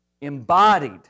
embodied